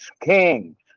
kings